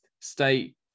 State